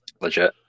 legit